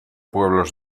pueblos